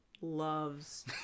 loves